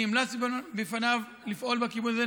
אני המלצתי בפניו לפעול בכיוון הזה,